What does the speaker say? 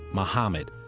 muhammad,